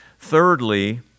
Thirdly